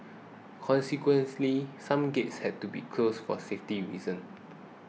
consequently some gates had to be closed for safety reasons